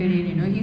mm